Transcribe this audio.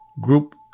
group